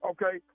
Okay